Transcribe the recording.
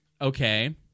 Okay